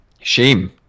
Shame